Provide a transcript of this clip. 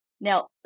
Now